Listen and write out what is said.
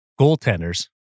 goaltenders